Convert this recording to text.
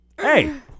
Hey